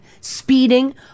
speeding